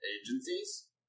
agencies